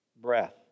breath